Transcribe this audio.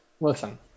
Listen